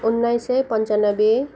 उन्नाइस सय पन्चानब्बे